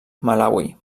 malawi